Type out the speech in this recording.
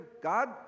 God